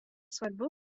svarbių